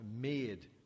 made